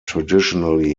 traditionally